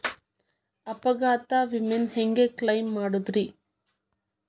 ಅಪಘಾತ ವಿಮೆನ ಹ್ಯಾಂಗ್ ಕ್ಲೈಂ ಮಾಡೋದ್ರಿ?